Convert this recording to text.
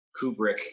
Kubrick